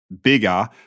bigger